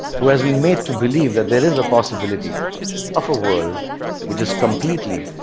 who has been made to believe that there is a possibility of a world which is completely,